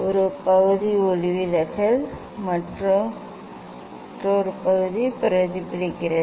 ஒரு பகுதி ஒளிவிலகல் மற்றொரு பகுதி பிரதிபலிக்கிறது